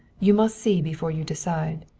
you must see before you decide.